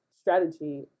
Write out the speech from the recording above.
strategy